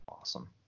Awesome